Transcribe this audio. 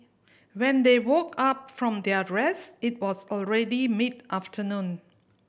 when they woke up from their rest it was already mid afternoon